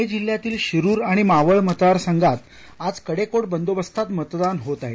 पूणे जिल्ह्यातील शिरूर आणि मावळ मतदारसंघात आज कडेकोट बंदोबस्तात मतदान होत आहे